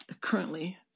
currently